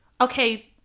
okay